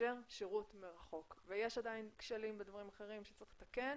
לאפשר שירות מרחוק ויש עדיין כשלים בדברים אחרים שצריך לתקן.